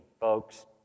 folks